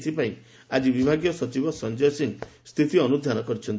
ଏଥିପାଇଁ ଆଜି ବିଭାଗୀୟ ସଚିବ ସଞ୍ଞୟ ସିଂ ସ୍ତିତି ଅନୁଧ୍ଧାନ କରିଛନ୍ତି